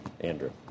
Andrew